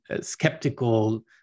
skeptical